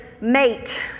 mate